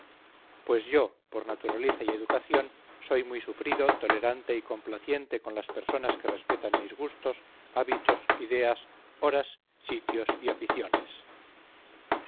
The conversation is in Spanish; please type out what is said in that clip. pues yo por naturaleza y educación soy muy sufrido tolerante y complaciente con las personas que respetan mis gustos hábitos ideas horas sitios y aficiones